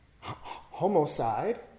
homicide